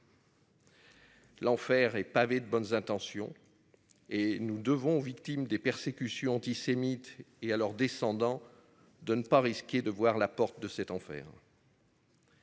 L'enfer est pavé de bonnes intentions. Et nous devons aux victimes des persécutions antisémites et à leurs descendants de ne pas risquer de voir la porte de cet enfer.